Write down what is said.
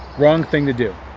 wrong thing to do.